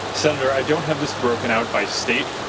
senator i don't have this broken out by state.